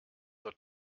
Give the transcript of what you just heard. zur